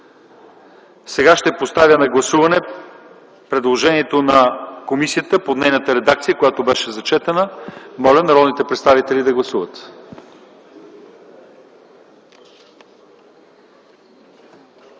прието. Поставям на гласуване предложението на комисията в редакцията, която беше прочетена. Моля народните представители да гласуват.